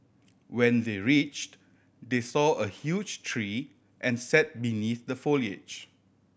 when they reached they saw a huge tree and sat beneath the foliage